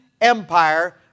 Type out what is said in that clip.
Empire